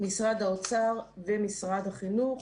משרד האוצר ומשרד החינוך.